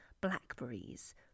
blackberries